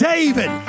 David